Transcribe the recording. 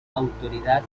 autoridad